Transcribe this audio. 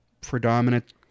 predominant